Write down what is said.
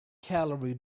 calorie